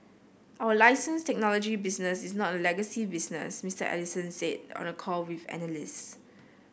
our license technology business is not a legacy business Mister Ellison said on a call with analysts